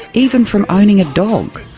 even from owning a dog.